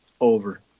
Over